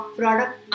product